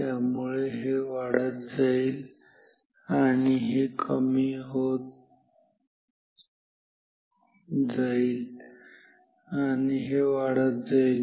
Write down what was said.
त्यामुळे हे वाढत जाईल आणि हे कमी होत आणि हे वाढत जाईल